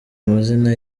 amazina